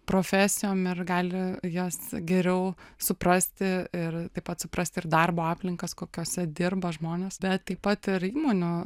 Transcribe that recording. profesijom ir gali jas geriau suprasti ir taip pat suprasti ir darbo aplinkos kokiose dirba žmonės bet taip pat ir įmonių